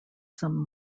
some